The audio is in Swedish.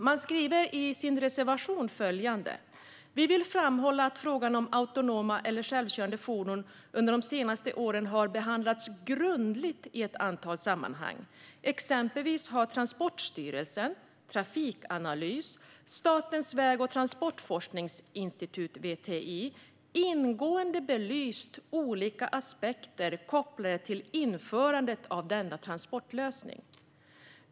Man skriver följande i sin reservation: "Vi vill framhålla att frågan om autonoma eller självkörande fordon under de senaste åren har behandlats grundligt i ett antal sammanhang. Exempelvis har Transportstyrelsen, Trafikanalys och Statens väg och transportforskningsinstitut ingående belyst olika aspekter kopplade till införandet av denna nya transportlösning."